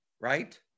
right